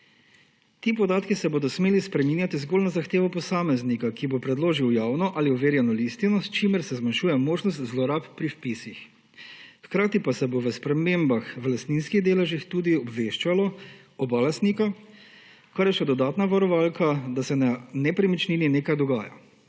Ti podatki se bodo smeli spreminjati zgolj na zahtevo posameznika, ki bo predložil javno ali overjeno listino, s čimer se zmanjšuje možnost zlorab pri vpisih. Hkrati pa se bo o spremembah v lastninskih deležih tudi obveščalo oba lastnika, kar je še dodatna varovalka, da se na nepremičnini nekaj dogaja.